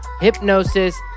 Hypnosis